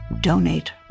donate